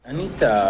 Anita